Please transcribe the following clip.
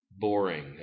boring